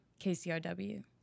KCRW